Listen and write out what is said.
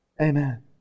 Amen